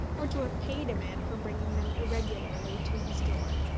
or to have paid a man for bringing them irregularly to his door.